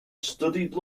studied